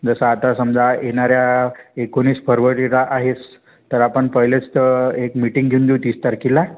जसं आता समजा येणाऱ्या एकोणीस फरवरीरा आहेस तर आपण पहिलेस तर एक मिटिंग घेऊन घेऊ तीस तारखेला